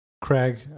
Craig